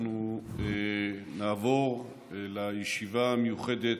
אנחנו נעבור לישיבה המיוחדת.